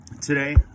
today